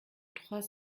trois